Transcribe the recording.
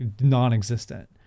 non-existent